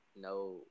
No